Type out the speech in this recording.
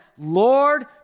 Lord